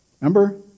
remember